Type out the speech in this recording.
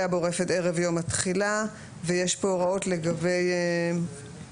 לעניין לול שערב יום התחילה מוטות העמידה שבו